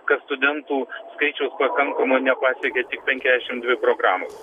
kad studentų skaičiaus pakankamo nepasiekė tik penkiasdešimt dvi programos